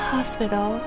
Hospital